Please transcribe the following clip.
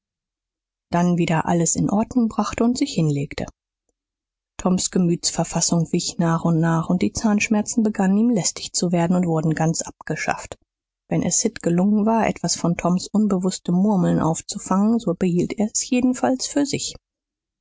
dann wieder alles in ordnung brachte und sich hinlegte toms gemütsverstimmung wich nach und nach und die zahnschmerzen begannen ihm lästig zu werden und wurden ganz abgeschafft wenn es sid gelungen war etwas von toms unbewußtem murmeln aufzufangen so behielt er es jedenfalls für sich